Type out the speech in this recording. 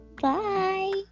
Bye